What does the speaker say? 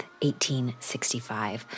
1865